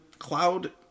Cloud